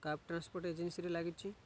cab transport ଏଜେନ୍ସିରେ ଲାଗିଛି